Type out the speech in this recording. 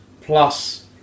plus